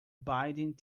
binding